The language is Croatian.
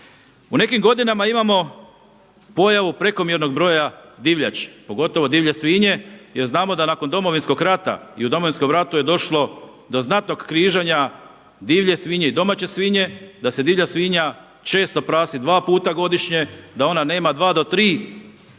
U nekim godinama imamo pojavu prekomjernog broja divljači, pogotovo divlje svinje jer znam da nakon Domovinskog rata i u Domovinskom ratu je došlo do znatnog križanja divlje svinje i domaće svinje, da se divlja svinja često prasi dva puta godišnje, da ona nema dva do tri